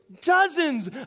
dozens